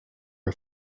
are